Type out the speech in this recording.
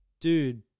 dude